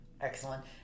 Excellent